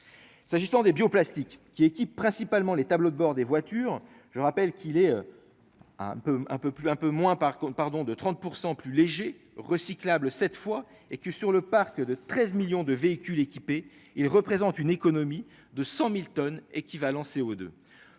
s'agissant des bio-plastiques qui équipent principalement les tableaux de bord des voitures, je rappelle qu'il est un peu un peu plus un peu moins, par contre, pardon, de 30 % plus léger, recyclable cette fois et que sur le parc de 13 millions de véhicules équipés, ils représentent une économie de 100000 tonnes équivalent CO2,